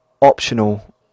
optional